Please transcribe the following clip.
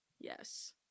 yes